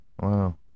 Wow